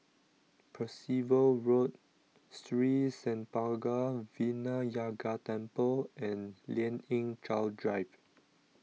Percival Road Sri Senpaga Vinayagar Temple and Lien Ying Chow Drive